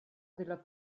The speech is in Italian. della